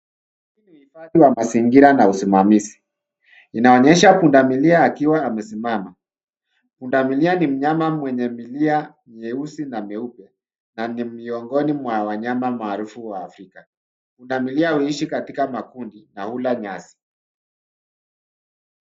Uhifadhai wa mazingira na usimamizi. Inaonyesha pundamilia akiwa amesimama. Pundamilia ni mnyama mwenye milia myeusi na myeupe, na ni miongoni mwa wanyama maarufu wa Afrika. Pundamilia huishi katika makundi na hula nyasi.